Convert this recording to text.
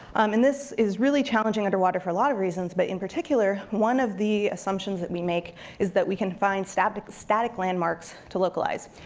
um and this is really challenging underwater for a lot of reasons, but in particular, one of the assumptions that we make is that we can find static static landmarks to localize.